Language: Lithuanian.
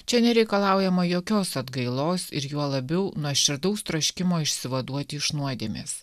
čia nereikalaujama jokios atgailos ir juo labiau nuoširdaus troškimo išsivaduoti iš nuodėmės